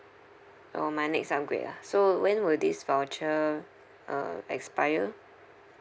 oh my next upgrade ah so when will this voucher uh expire